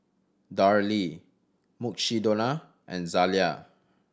Darlie Mukshidonna and Zalia